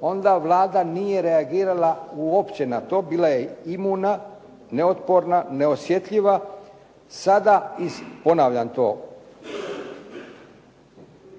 onda Vlada nije reagirala uopće na to, bila je imuna, neotporna, neosjetljiva. Sada iz, ponavljam to,